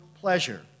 pleasure